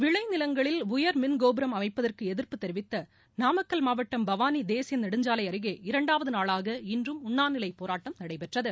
விளை நிலங்களில் உயர் மின் கோபுரம் அமைப்பதற்கு எதிர்ப்பு தெரிவித்து நாமக்கல் மாவட்டம் பவாளி தேசிய நெடுஞ்சாலை அருகேஇரண்டாவது நாளாக இன்றும் உண்ணாநிலை போராட்டம் நடைபெற்றது